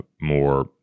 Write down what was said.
more